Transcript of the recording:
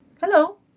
Hello